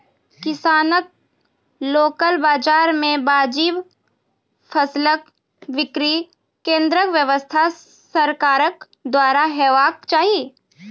किसानक लोकल बाजार मे वाजिब फसलक बिक्री केन्द्रक व्यवस्था सरकारक द्वारा हेवाक चाही?